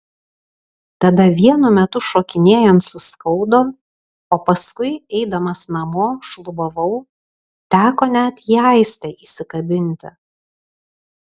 tada vienu metu šokinėjant suskaudo o paskui eidamas namo šlubavau teko net į aistę įsikabinti